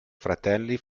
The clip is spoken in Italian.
fratelli